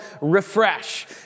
Refresh